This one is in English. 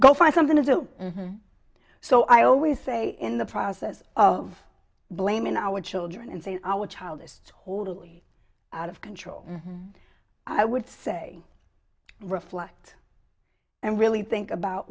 go find something to do so i always say in the process of blaming our children and say child is totally out of control i would say reflect and really think about